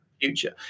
future